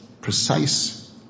precise